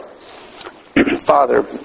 Father